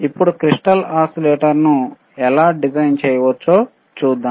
ఇప్పుడు క్రిస్టల్ ఓసిలేటర్ను ఎలా డిజైన్ చేయవచ్చో చూద్దాం